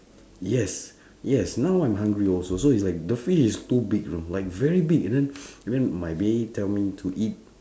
yes yes now I'm hungry also so is like the fish is too big you know like very big and then then my bae tell me to eat